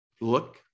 look